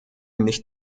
nicht